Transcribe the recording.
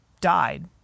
died